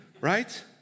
right